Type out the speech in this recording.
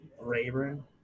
Rayburn